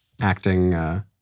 acting